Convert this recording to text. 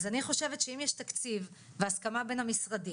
אז אני חושבת שאם יש תקציב והסכמה בין המשרדים,